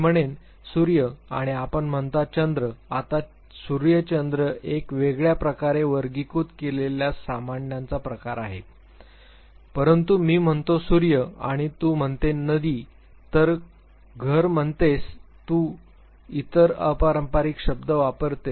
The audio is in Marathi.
सूर्य आणि आपण म्हणता चंद्र आता सूर्य चंद्र एक वेगळ्या प्रकारे वर्गीकृत केलेल्या सामन्यांचा प्रकार आहे परंतु मी म्हणतो सूर्य आणि तू म्हणतो नदी तू घर म्हणतेस तू इतर अपारंपरिक शब्द वापरतोस